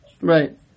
right